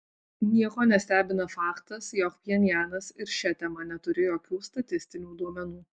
nieko nestebina faktas jog pchenjanas ir šia tema neturi jokių statistinių duomenų